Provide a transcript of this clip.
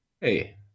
hey